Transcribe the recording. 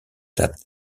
that